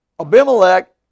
Abimelech